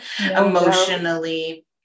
Emotionally